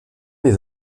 les